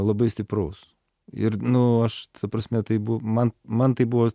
labai stipraus ir nu aš ta prasme tai buvo man man tai buvo